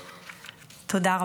תודה.